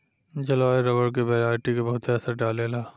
जलवायु रबर के वेराइटी के बहुते असर डाले ला